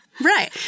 Right